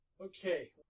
Okay